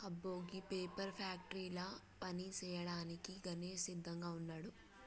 అబ్బో గీ పేపర్ ఫ్యాక్టరీల పని సేయ్యాడానికి గణేష్ సిద్దంగా వున్నాడు